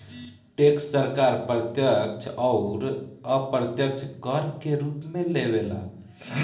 tax सरकार प्रत्यक्ष अउर अप्रत्यक्ष कर के रूप में लेवे ला